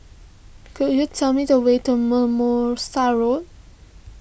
could you tell me the way to Mimosa Road